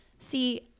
See